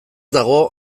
dago